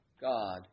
God